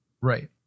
Right